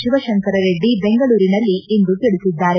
ಶಿವಶಂಕರರೆಡ್ಡಿ ಬೆಂಗಳೂರಿನಲ್ಲಿಂದು ತಿಳಿಸಿದ್ದಾರೆ